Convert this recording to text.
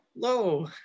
Hello